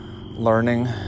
learning